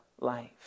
life